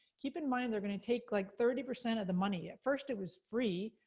keep in mind, they're gonna take like thirty percent of the money. at first it was free,